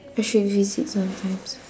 I should visit sometimes